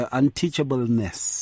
unteachableness